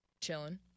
chilling